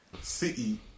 City